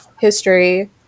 history